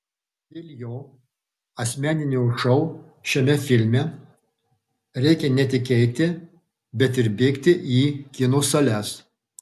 dėl jo asmeninio šou šiame filme reikia ne tik eiti bet bėgti į kino sales